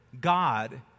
God